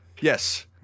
Yes